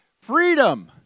Freedom